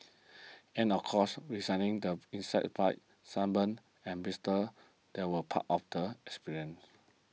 and of course resigning the insect bites sunburn and blisters that were part of the experience